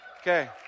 Okay